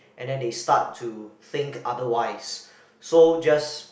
and then they start to think otherwise so just